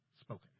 spoken